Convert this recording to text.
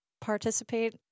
participate